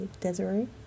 Desiree